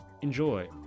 Enjoy